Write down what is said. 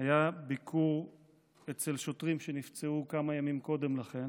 היה ביקור אצל שוטרים שנפצעו כמה ימים קודם לכן